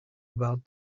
about